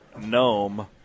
gnome